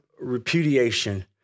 repudiation